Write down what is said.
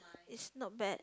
it's not bad